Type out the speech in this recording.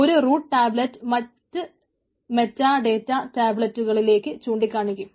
ഒരു root tablet മറ്റ് metadata ടാബലറ്റ്കളിലേക്ക് ചൂണ്ടികാണിക്കും